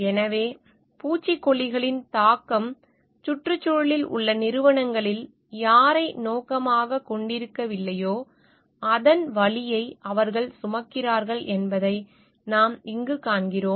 எனவே பூச்சிக்கொல்லிகளின் தாக்கம் சுற்றுச்சூழலில் உள்ள நிறுவனங்களில் யாரை நோக்கமாகக் கொண்டிருக்கவில்லையோ அதன் வலியை அவர்கள் சுமக்கிறார்கள் என்பதை நாம் இங்கு காண்கிறோம்